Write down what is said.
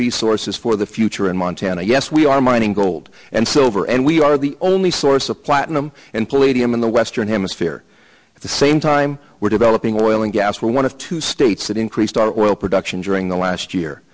resources for the future in montana yes we are mining gold and silver and we are the only source of platinum and palladium in the western hemisphere at the same time we're developing oil and gas for one of two states that increased our oil production during the last year